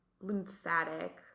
lymphatic